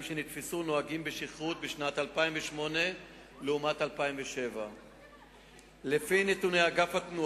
שנתפסו נוהגים בשכרות בשנת 2008 לעומת 2007. מדובר